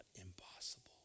impossible